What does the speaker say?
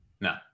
No